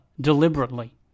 deliberately